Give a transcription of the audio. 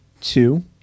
two